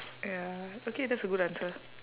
ya okay that's a good answer